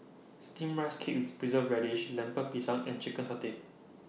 Steamed Rice Cake with Preserved Radish Lemper Pisang and Chicken Satay